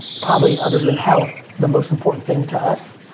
probably other than health, the most important thing to us.